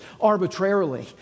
arbitrarily